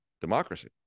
democracy